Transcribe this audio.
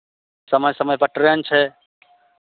समय समयपर ट्रेन छै